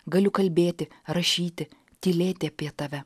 galiu kalbėti rašyti tylėti apie tave